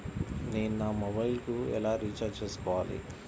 నేను నా మొబైల్కు ఎలా రీఛార్జ్ చేసుకోవాలి?